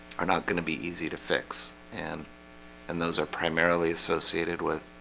are not going to be easy to fix and and those are primarily associated with